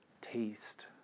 taste